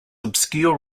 obscure